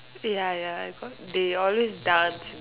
ya ya cause they always dance